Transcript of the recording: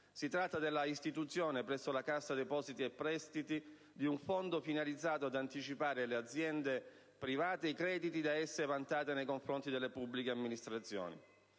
Si tratta della istituzione, presso la Cassa depositi e prestiti, di un fondo finalizzato ad anticipare alle aziende private i crediti da esse vantate nei confronti delle pubbliche amministrazioni;